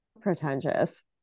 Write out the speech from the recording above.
pretentious